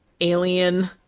alien